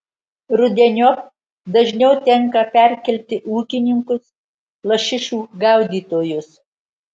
rudeniop dažniau tenka perkelti ūkininkus lašišų gaudytojus